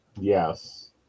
Yes